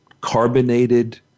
carbonated